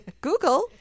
google